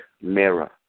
Mirror